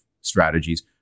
strategies